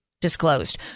disclosed